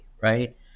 right